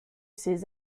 ses